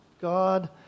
God